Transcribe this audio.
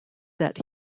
that